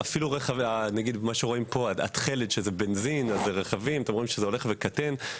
אפילו רכבי הבנזין, שאתם רואים שהולכים וקטנים.